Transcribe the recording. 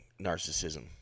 narcissism